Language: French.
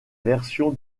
version